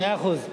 מאה אחוז.